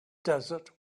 desert